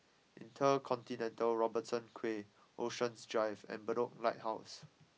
InterContinental Robertson Quay Oceans Drive and Bedok Lighthouse